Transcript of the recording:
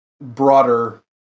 broader